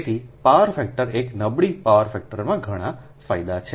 તેથી power factor એક નબળી પાવર ફેક્ટરમાં ઘણાં ગેરફાયદા છે